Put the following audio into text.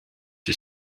die